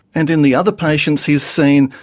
and in the other patients he's seen,